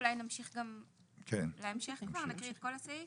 אולי נמשיך ונקריא כבר את כל הסעיף.